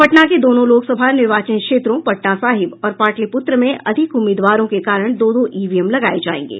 पटना के दोनों लोकसभा निर्वाचन क्षेत्रों पटना साहिब और पाटलिपुत्र में अधिक उम्मीदवारों के कारण दो दो ईवीएम लगाये जायेंगे